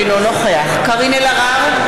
אינו נוכח קארין אלהרר,